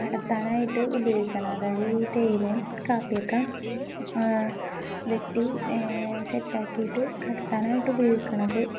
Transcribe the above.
കടത്താനായിട്ട് ഉപയോഗിക്കണ അതായത് ഈ തേയിലം കാപ്പിയക്കെ വെട്ടി സെറ്റാക്കിട്ട് കടത്താനായിട്ട് ഉപയോഗിക്കണത്